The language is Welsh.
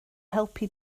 helpu